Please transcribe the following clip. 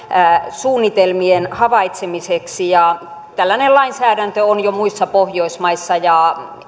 suunnitelmien havaitsemiseksi ja tällainen lainsäädäntö on jo muissa pohjoismaissa ja